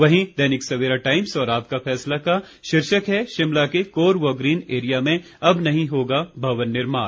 वहीं दैनिक सवेरा टाइम्स और आपका फैसला का शीर्षक है शिमला के कोर व ग्रीन एरिया में अब नहीं होगा भवन निर्माण